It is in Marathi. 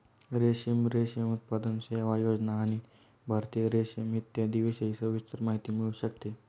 रेशीम, रेशीम उत्पादन, सेवा, योजना आणि भारतीय रेशीम इत्यादींविषयी सविस्तर माहिती मिळू शकते